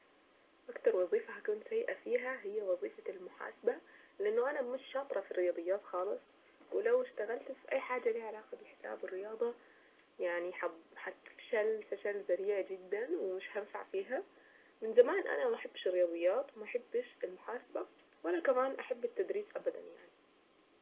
اكثر وظيفة هكون سيئة فيها هي وظيفة المحاسبة لانه انا مش شاطرة في الرياضيات خالص ولو اشتغلت في اي حاجة لها علاقة بالحساب والرياضة يعني هتفشل فشل ذريع جدا ومش هنفع فيها من زمان انا ما بحبش الرياضيات وما بحبش المحاسبة ولا كمان احب التدريس ابدا يعني.